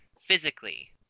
physically